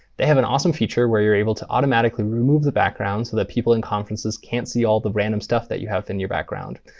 they have an awesome feature where you're able to automatically remove the background so that people in conferences can't see all the random stuff that you have in your background,